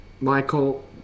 Michael